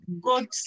god